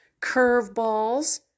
curveballs